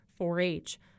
4-H